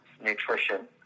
nutrition